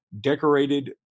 decorated